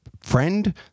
friend